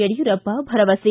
ಯಡಿಯೂರಪ್ಪ ಭರವಸೆ